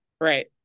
Right